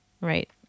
right